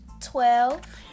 Twelve